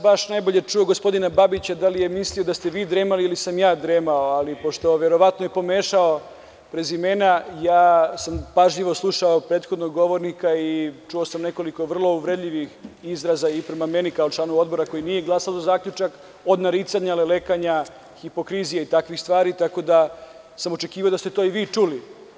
Nisam baš najbolje čuo gospodina Babića, da li je mislio da ste vi dremali ili sam ja dremao, ali pošto je verovatno pomešao prezimena, ja sam pažljivo slušao prethodnog govornika i čuo sam nekoliko vrlo uvredljivih izraza i prema meni kao članu odbora koji nije glasao za zaključak, od naricanja, lelekanja, hipokrizije i takvih stvari, tako da sam očekivao da ste to i vi čuli.